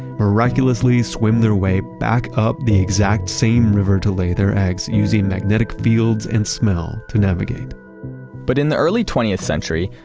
miraculously swim their way back up the exact same river to lay their eggs using magnetic fields and smell to navigate but in the early twentieth century,